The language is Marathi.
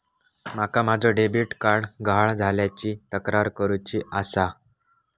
माका माझो डेबिट कार्ड गहाळ झाल्याची तक्रार करुची आसा